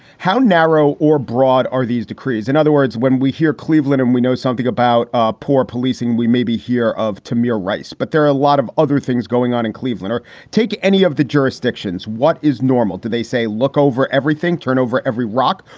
how narrow or broad are these decrees? in other words, when we hear cleveland and we know something about ah poor policing, we may be here of tamir rice, but there are a lot of other things going on in cleveland or take any of the jurisdictions. what is normal? do they say look over everything, turn over every rock?